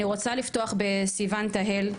אני רוצה לפתוח בסיון תהל,